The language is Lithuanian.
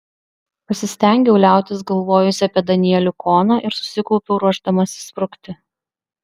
pasistengiau liautis galvojusi apie danielių koną ir susikaupiau ruošdamasi sprukti